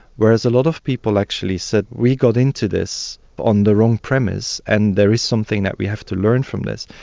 whereas a lot of people actually said we got into this on the wrong premise and there is something that we have to learn from this,